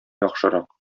яхшырак